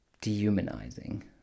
dehumanizing